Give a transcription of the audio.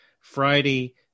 Friday